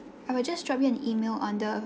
I will just drop you an email on the